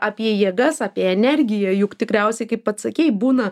apie jėgas apie energiją juk tikriausiai kaip pats sakei būna